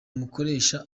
umukoresha